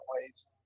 ways